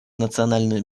национальную